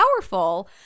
powerful